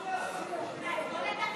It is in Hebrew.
המקרקעין (תיקון מס'